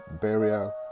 burial